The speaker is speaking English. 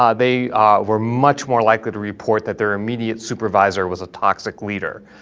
um they ah were much more likely to report that their immediate supervisor was a toxic leader,